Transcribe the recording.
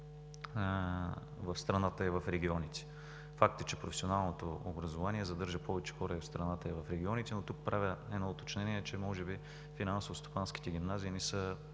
в страната, и в регионите. Факт е, че професионалното образование задържа повече хора в страната и в регионите. Тук правя едно уточнение, че може би финансово-стопанските гимназии не са